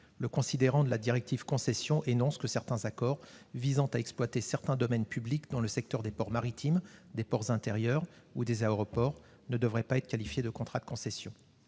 Le considérant de la directive Concession énonce que certains accords visant à exploiter certains domaines publics dans le secteur des ports maritimes, des ports intérieurs ou des aéroports ne devraient pas être qualifiés de contrats de concession.